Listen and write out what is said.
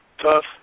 tough